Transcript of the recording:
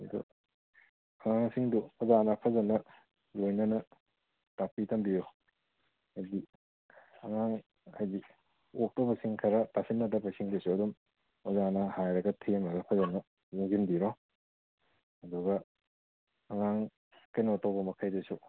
ꯑꯗꯨ ꯑꯉꯥꯡꯁꯤꯡꯗꯨ ꯑꯣꯖꯥꯅ ꯐꯖꯅ ꯂꯣꯏꯅꯅ ꯇꯥꯛꯄꯤ ꯇꯝꯕꯤꯌꯨ ꯍꯥꯏꯗꯤ ꯑꯉꯥꯡ ꯍꯥꯏꯗꯤ ꯑꯣꯛꯇꯕꯁꯤꯡ ꯈꯔ ꯇꯥꯁꯤꯟꯅꯗꯕꯁꯤꯡꯗꯨꯁꯨ ꯑꯗꯨꯝ ꯑꯣꯖꯥꯅ ꯍꯥꯏꯔꯒ ꯊꯦꯝꯃꯒ ꯐꯖꯅ ꯌꯦꯡꯁꯤꯟꯕꯤꯔꯣ ꯑꯗꯨꯒ ꯑꯉꯥꯡ ꯀꯩꯅꯣ ꯇꯧꯕ ꯃꯈꯩꯗꯨꯁꯨ